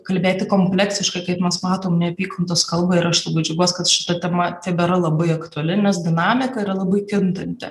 kalbėti kompleksiškai kaip mes matom neapykantos kalbą ir aš labai džiaugiuos kad šita tema tebėra labai aktuali nes dinamika yra labai kintanti